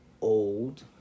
old